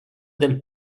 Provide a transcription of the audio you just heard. del